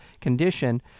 condition